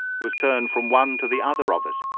was turned from one to the other of us,